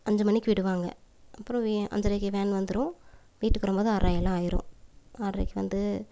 அஞ்சு மணிக்கு விடுவாங்க அப்புறம் வே அஞ்சரைக்கி வேன் வந்துடும் வீட்டுக்கு வரும்போது ஆர்றைல்லாம் ஆகிடும் ஆர்றைக்கி வந்து